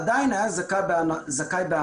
עדיין היה זכאי בהנחה.